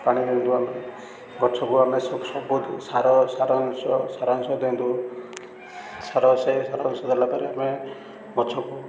ପାଣି ଦିଅନ୍ତୁ ଆମେ ଗଛକୁ ଆମେ ସବୁ ସାର ସାରଂଶ ସାର ଅଂଶ ଦିଅନ୍ତୁ ସାର ସେଇ ସାର ଅଂଶ ଦେଲା ପରେ ଆମେ ଗଛକୁ